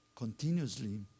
Continuously